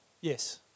Yes